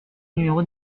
numéro